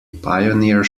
pioneer